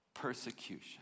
persecution